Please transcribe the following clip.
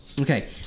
Okay